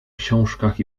książkach